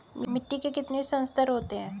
मिट्टी के कितने संस्तर होते हैं?